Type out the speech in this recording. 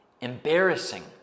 embarrassing